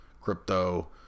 crypto